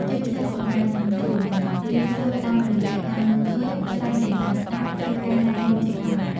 ជាពិសេសកុមារ និងយុវវ័យ រៀនសូត្រតាមរយៈការមើលឃើញ ច្រើនជាងការស្ដាប់ ឬការណែនាំជាដើម ។